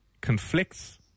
conflicts